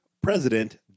president